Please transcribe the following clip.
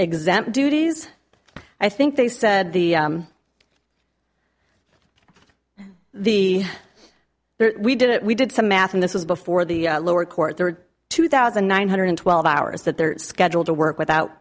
exempt duties i think they said the the we did it we did some math and this was before the lower court there are two thousand nine hundred twelve hours that they're scheduled to work without